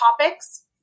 topics